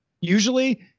Usually